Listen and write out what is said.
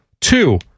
Two